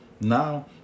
now